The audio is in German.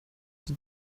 die